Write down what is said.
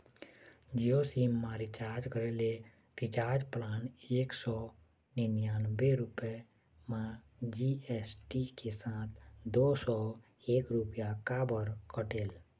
Jio sim मा recharge करे ले रिचार्ज प्लान एक सौ निन्यानबे रुपए मा जी.एस.टी के साथ दो सौ एक रुपया काबर कटेल?